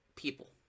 people